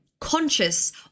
conscious